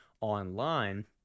online